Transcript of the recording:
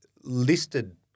listed